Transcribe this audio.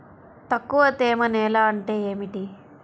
తక్కువ తేమ నేల అంటే ఏమిటి?